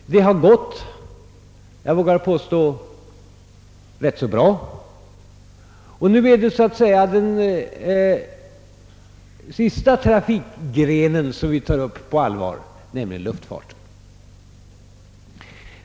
Men det har, vågar jag påstå, gått rätt så bra. Nu är det så att säga den sista trafikgrenen — nämligen luftfarten — som vi tar upp på allvar.